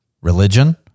religion